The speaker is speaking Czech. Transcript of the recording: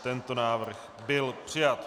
Tento návrh byl přijat.